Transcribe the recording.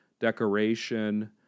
decoration